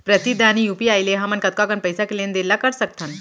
प्रतिदन यू.पी.आई ले हमन कतका कन पइसा के लेन देन ल कर सकथन?